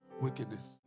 wickedness